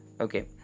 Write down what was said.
okay